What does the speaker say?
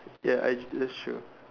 ya I that's true